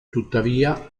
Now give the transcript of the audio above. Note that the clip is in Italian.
tuttavia